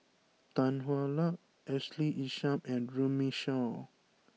Tan Hwa Luck Ashley Isham and Runme Shaw